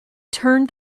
turned